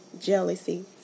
jealousy